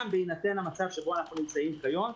גם בהינתן המצב שבו אנחנו נמצאים כיום,